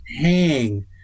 hang